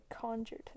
conjured